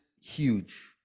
huge